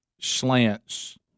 slants